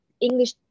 English